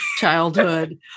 childhood